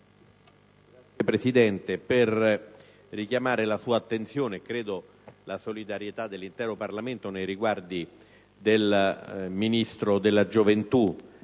intervengo per richiamare la sua attenzione, e credo la solidarietà dell'intero Parlamento, nei riguardi del ministro della gioventù,